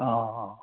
অঁ